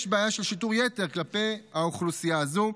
יש בעיה של שיטור יתר כלפי האוכלוסייה הזו.